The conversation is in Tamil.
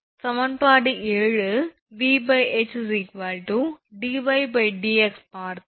சமன்பாடு 7 VH dydx பார்த்தோம்